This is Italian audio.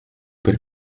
per